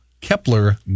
Kepler